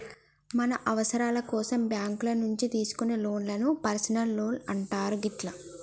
మన అవసరాల కోసం బ్యేంకుల నుంచి తీసుకునే లోన్లను పర్సనల్ లోన్లు అంటారు గిట్లా